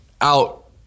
out